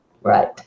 Right